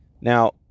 Now